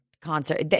Concert